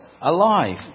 alive